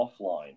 offline